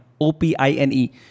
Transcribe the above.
O-P-I-N-E